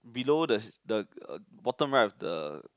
below there's the bottom right of the